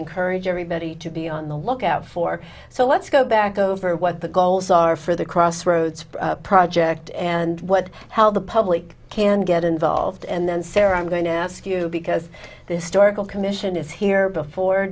encourage everybody to be on the lookout for so let's go back over what the goals are for the crossroads project and what how the public can get involved and then sarah i'm going to ask you because this story commission is here before